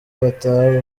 bataha